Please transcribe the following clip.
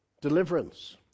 deliverance